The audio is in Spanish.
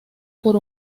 por